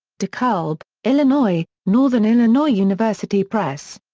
dekalb, illinois northern illinois university press.